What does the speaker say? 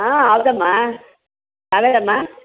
ಹಾಂ ಹೌದಮ್ಮಾ